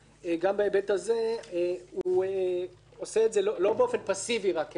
גם בהיבט הזה הוא עושה זאת לא רק באופן פסיבי כמקבל